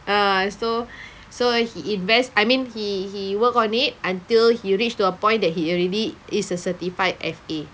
ah so so he invest I mean he he work on it until he reached to a point that he already is a certified F_A